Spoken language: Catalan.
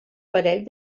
parell